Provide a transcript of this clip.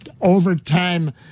overtime